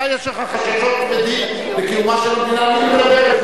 אתה, יש לך חששות כבדים בקיומה של המדינה.